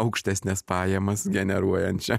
aukštesnes pajamas generuojančią